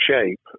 shape